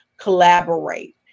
collaborate